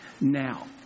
Now